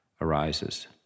arises